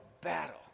battle